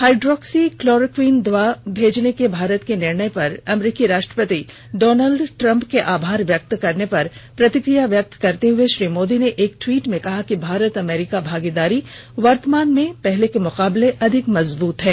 hydroxychloroquine दवा भेजने के भारत के निर्णय पर अमरीकी राष्ट्रपति डॉनल्ड ट्रम्प के आभार व्यक्त करने पर प्रतिक्रिया व्यक्त करते हुए श्री मोदी ने एक ट्वीट में कहा कि भारत अमरीका भागीदारी वर्तमान में पहले के मुकाबले सबसे अधिक मजबूत है